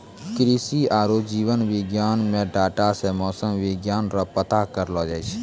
कृषि आरु जीव विज्ञान मे डाटा से मौसम विज्ञान रो पता करलो जाय छै